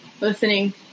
listening